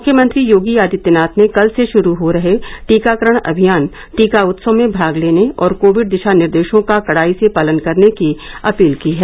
मुख्यमंत्री योगी आदित्यनाथ ने कल से शुरू हो रहे टीकाकरण अभियान टीका उत्सव में भाग लेने और कोविड दिशा निर्देशों का कडाई से पालन करने की अपील की है